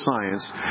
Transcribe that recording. science